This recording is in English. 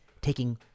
taking